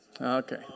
Okay